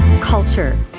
culture